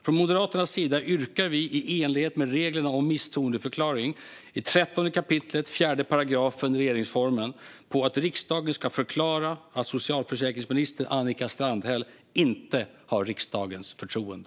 Från Moderaternas sida yrkar vi i enlighet med reglerna om misstroendeförklaring i 13 kap. 4 § regeringsformen på att riksdagen ska förklara att socialförsäkringsminister Annika Strandhäll inte har riksdagens förtroende.